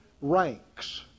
ranks